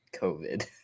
COVID